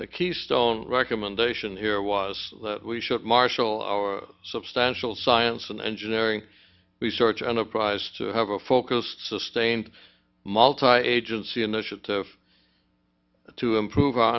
the keystone recommendation here was that we should marshal our substantial science and engineering research enterprise to have a focused sustained multireligious initiative to improve our